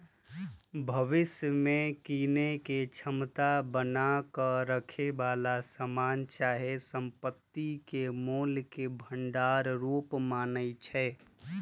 भविष्य में कीनेके क्षमता बना क रखेए बला समान चाहे संपत्ति के मोल के भंडार रूप मानइ छै